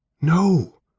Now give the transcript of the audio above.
No